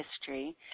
history